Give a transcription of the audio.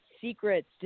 secrets